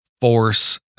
force